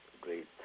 great